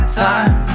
time